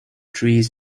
trees